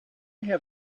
have